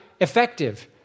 effective